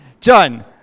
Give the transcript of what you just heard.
John